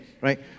right